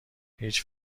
هیچ